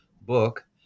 book